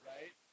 Right